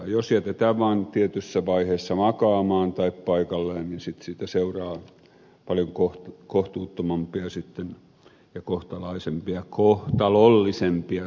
jos jätetään vaan tietyssä vaiheessa makaamaan tai paikalleen niin sitten siitä seuraa paljon kohtuuttomampia ja kohtalollisempia seurauksia